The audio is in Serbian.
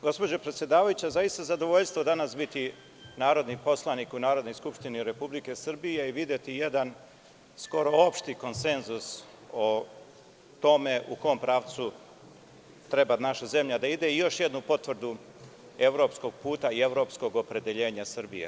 Gospođo predsedavajuća, zaista je zadovoljstvo danas biti narodni poslanik u Narodnoj skupštini Republike Srbije i videti jedan skoro opšti konsenzus o tome u kom pravcu treba naša zemlja da ide i još jednu potvrdu evropskog puta i evropskog opredeljenja Srbije.